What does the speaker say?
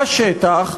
בשטח,